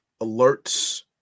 alerts